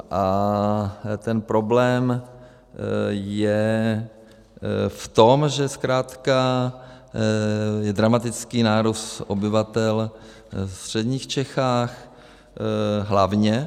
A ten problém je v tom, že zkrátka je dramatický nárůst obyvatel ve středních Čechách hlavně.